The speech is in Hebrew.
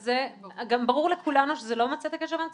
גם ברור לכולנו שזה לא ממצה את הקשר בין הצדדים.